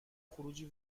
خروجی